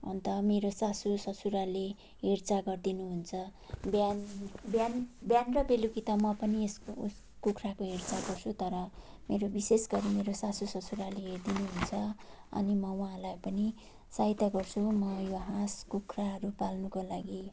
अन्त मेरो सासू ससुराले हेरचाह गरिदिनुहुन्छ बिहान बिहान बिहान र बेलुकी त म पनि यसको उस कुखुराको हेरचाह गर्छु तर मेरो विशेष गरी मेरो सासू ससुराले हेरिदिनु हुन्छ अनि म उहाँलाई पनि सहायता गर्छु म यो हाँस कुखुराहरू पाल्नुको लागि